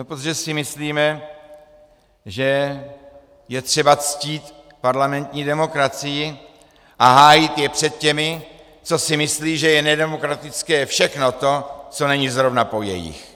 No protože si myslíme, že je třeba ctít parlamentní demokracii a hájit ji před těmi, co si myslí, že je nedemokratické všechno to, co není zrovna po jejich.